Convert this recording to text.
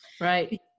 Right